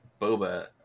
Boba